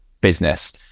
business